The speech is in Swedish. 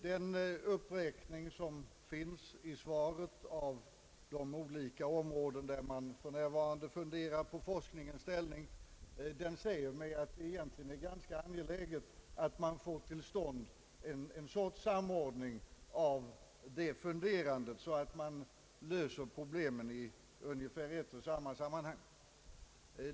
Den uppräkning som finns i svaret av de olika områden, där man för närvarande funderar på forskningens ställning, säger mig att det egentligen är ganska angeläget att man får till stånd en sorts samordning av detta funderande så att man löser problemen i ungefär ett och samma sammanhang.